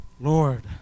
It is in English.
Lord